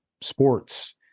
sports